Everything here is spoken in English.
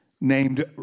named